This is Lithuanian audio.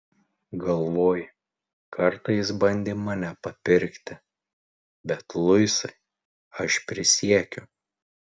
galvoji kartą jis bandė mane papirkti bet luisai aš prisiekiu